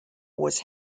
was